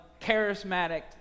charismatic